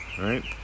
right